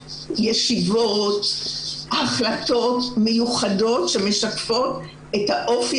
ישיבות והחלטות מיוחדות שמשקפות את האופי